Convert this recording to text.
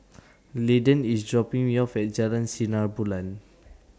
Landen IS dropping Me off At Jalan Sinar Bulan